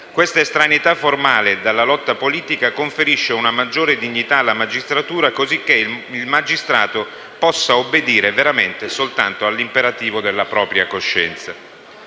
Questa estraneità formale dalla lotta politica conferisce una maggiore dignità alla Magistratura, cosicché il magistrato possa obbedire veramente soltanto all'imperativo della propria coscienza».